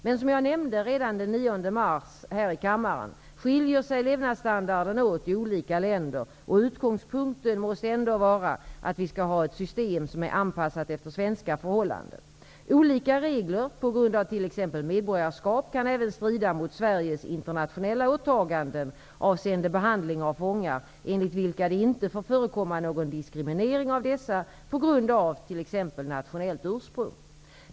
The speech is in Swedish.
Men som jag nämnde redan den 9 mars här i kammaren skiljer sig levnadsstandarden åt i olika länder, och utgångspunkten måste ändå vara att vi skall ha ett system som är anpassat efter svenska förhållanden. Olika regler på grund av t.ex. medborgarskap kan även strida mot Sveriges internationella åtaganden avseende behandling av fångar, enligt vilka det inte får förekomma någon diskriminering av dessa på grund av t.ex. nationellt ursprung.